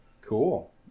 Cool